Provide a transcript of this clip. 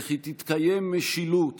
וכי תתקיים משילות